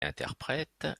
interprète